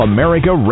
America